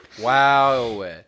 Wow